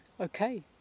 Okay